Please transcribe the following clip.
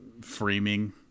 framing